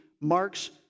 Mark's